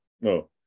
No